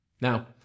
Now